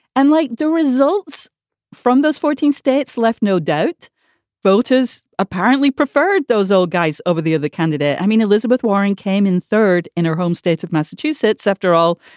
unlike the results from those fourteen states left, no doubt voters apparently preferred those old guys over the other candidate. i mean, elizabeth warren came in third in her home state of massachusetts, after all.